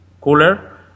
cooler